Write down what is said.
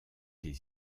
des